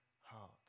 heart